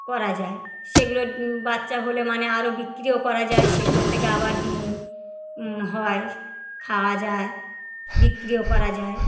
করা যায় সেগুলো বাচ্চা হলে মানে আরও বিক্রিও করা যায় সেগুলোর থেকে আবার ডিম হয় খাওয়া যায় বিক্রিও করা যায়